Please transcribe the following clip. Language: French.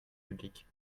publiques